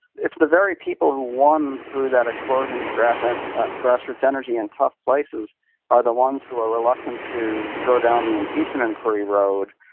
it's the very people who won through that explosion of grassroots ah grassroots energy in tough places that are the ones who are reluctant to go down the impeachment inquiry road,